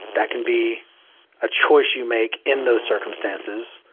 that can be a choice you make in those circumstances.